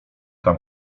tam